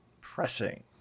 pressing